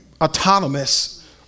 autonomous